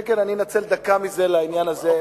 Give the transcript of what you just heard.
כן, אני אנצל דקה מזה לעניין הזה.